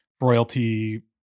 royalty